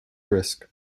risk